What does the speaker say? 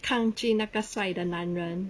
抗拒那个帅的男人